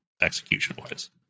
execution-wise